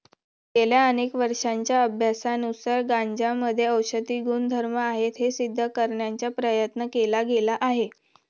गेल्या अनेक वर्षांच्या अभ्यासानुसार गांजामध्ये औषधी गुणधर्म आहेत हे सिद्ध करण्याचा प्रयत्न केला गेला आहे